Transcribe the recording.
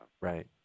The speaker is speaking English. Right